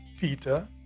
Peter